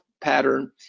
pattern